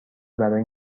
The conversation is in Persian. برای